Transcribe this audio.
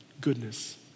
goodness